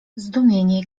zdumienie